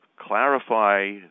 clarify